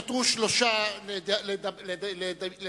נותרו שלושה לדיבור,